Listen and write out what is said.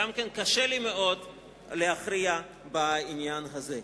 קשה לי מאוד להכריע בעניין הזה.